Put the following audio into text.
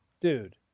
dude